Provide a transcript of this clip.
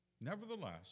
Nevertheless